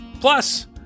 Plus